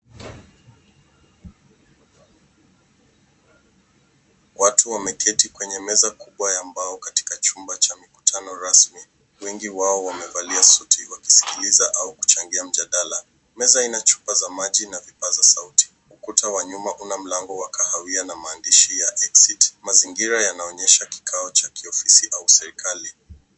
Watu wameketi kwenye meza kubwa ya mbao katika chumba cha mikutano rasmi. Wengi wao wamevalia suti wakisikiliza au kuchangia mjadala. Meza ina chupa za maji na vipaza sauti. Ukuta wa nyuma una mlango wa kahawia na maandishi ya Exit . Mazingira yanaonyesha kikao cha kiofisi au serikali.